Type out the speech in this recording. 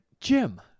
Jim